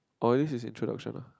oh this is introduction lah